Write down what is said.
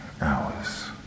hours